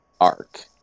arc